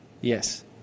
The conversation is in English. Yes